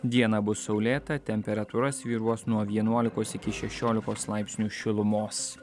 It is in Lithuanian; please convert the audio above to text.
dieną bus saulėta temperatūra svyruos nuo vienuolikos iki šešiolikos laipsnių šilumos